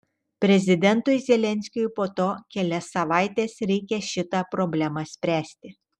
prezidentui zelenskiui po to kelias savaites reikia šitą problemą spręsti